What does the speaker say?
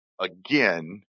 again